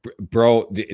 Bro